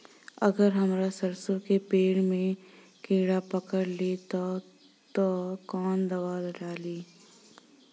अगर हमार सरसो के पेड़ में किड़ा पकड़ ले ता तऽ कवन दावा डालि?